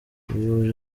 umuyobozi